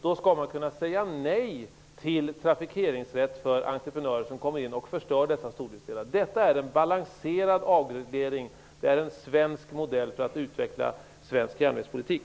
Då skall man kunna säga nej till trafikeringsrätt för entreprenörer som kommer in och förstör dessa stordriftsfördelar. Detta är en balanserad avreglering. Det är en svensk modell för att utveckla svensk järnvägspolitik.